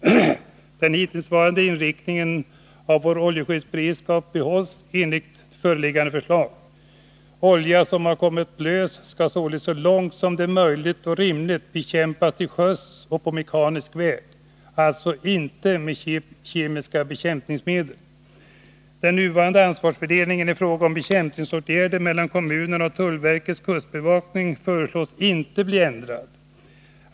Den hittillsvarande inriktningen av vår oljeskyddsberedskap behålls enligt föreliggande förslag. Olja som har kommit lös skall således så långt det är möjligt och rimligt bekämpas till sjöss och på mekanisk väg, alltså inte med kemiska bekämpningsmedel. Den nuvarande ansvarsfördelningen mellan kommunerna och tullverkets kustbevakning i fråga om bekämpningsåtgärder föreslås inte bli ändrad.